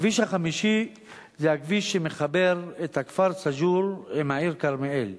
הכביש החמישי זה הכביש שמחבר את הכפר סאג'ור עם העיר כרמיאל.